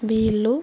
వీళ్ళు